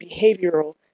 behavioral